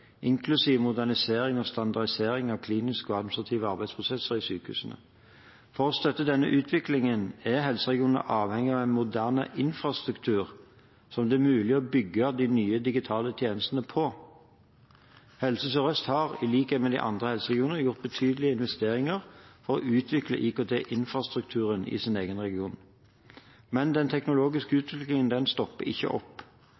inklusiv modernisering og standardisering av kliniske og administrative arbeidsprosesser i sykehusene. For å støtte denne utviklingen er helseregionene avhengige av en moderne infrastruktur som det er mulig å bygge nye digitale tjenester på. Helse Sør-Øst har, i likhet med de andre helseregionene, gjort betydelige investeringer for å utvikle IKT-infrastrukturen i sin region. Men den teknologiske utviklingen stopper ikke opp.